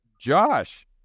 Josh